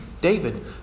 David